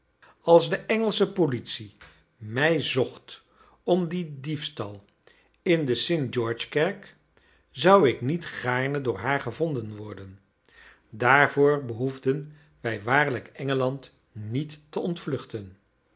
als de engelsche politie mij zocht om dien diefstal in de sint george kerk zou ik niet gaarne door haar gevonden worden daarvoor behoefden wij waarlijk engeland niet te ontvluchten